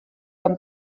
amb